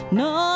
no